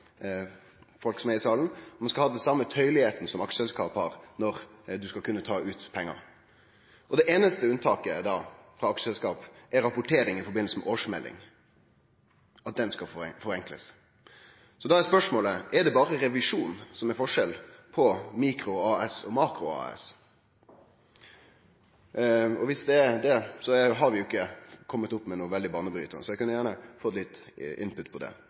folk som er i salen – til å kunne ta ut pengar. Det einaste unntaket frå aksjeselskap er da at rapporteringa i samband med årsmeldinga skal gjerast enklare. Da er spørsmålet: Er det berre revisjonen som er forskjellen på mikro-AS og makro-AS? Og viss det er slik, har vi ikkje kome opp med noko veldig banebrytande. Eg kunne gjerne fått litt «input» på det.